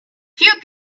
few